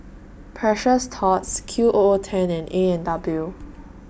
Precious Thots Q O O ten and A N W